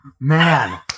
Man